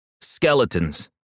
Skeletons